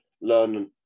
learn